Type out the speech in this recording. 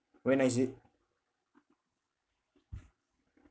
when is it